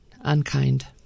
unkind